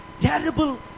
terrible